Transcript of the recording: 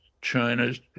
China's